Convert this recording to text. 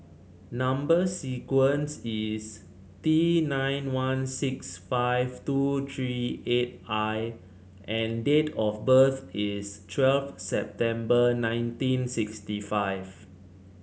number sequence is T nine one six five two three eight I and date of birth is twelve September nineteen sixty five